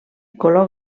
color